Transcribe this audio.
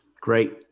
great